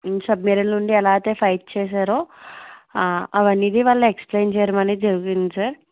సబ్మెరీన్లో ఉండి ఎలా అయితే ఫైట్ చేసారో అవి అనేది వాళ్ళు ఎక్స్ప్లయిన్ చేయడం అనేది జరిగింది సార్